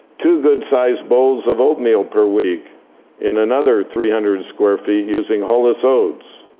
two good-sized bowls of oatmeal per week in another three hundred square feet using hulless oats.